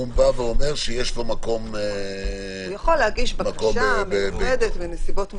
אומר שיש לו מקום- - יכול להגיש בקשה מיוחדת בנסיבות מיוחדות,